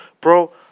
Bro